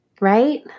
right